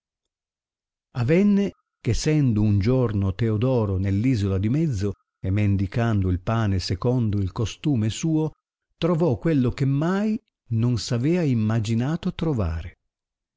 avenne che sendo un giorno teodoro nell isola di mezzo e mendicando il pane secondo il costume suo trovò quello che mai non s avea imaginato trovare